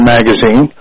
Magazine